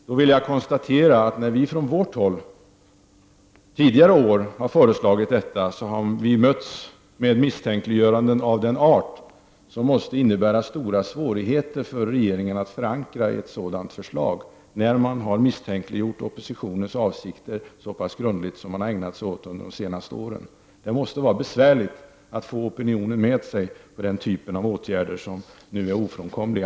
Jag vill konstatera att när vi från vårt håll tidigare år har föreslagit detta har vi mötts med misstänkliggörande av sådan art att det måste innebära stora svårigheter för regeringen att förankra ett sådant förslag, när man har misstänkliggjort oppositionens avsikter så grundligt som man gjort under de senaste åren. Det måste vara svårt att få opinionen med sig på sådana åtgärder som nu är ofrånkomliga.